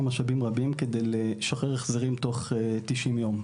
משאבים רבים כדי לשחרר החזרים בתוך 90 יום.